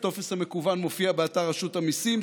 הטופס המקוון מופיע באתר רשות המיסים.